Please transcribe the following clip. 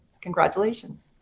congratulations